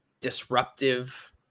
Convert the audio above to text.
disruptive